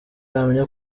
wamenya